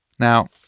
Now